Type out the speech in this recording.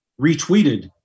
retweeted